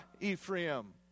Ephraim